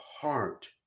heart